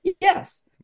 Yes